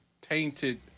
tainted